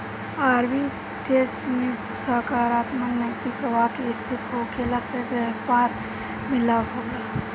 arbitrage में सकारात्मक नगदी प्रबाह के स्थिति होखला से बैपार में लाभ होला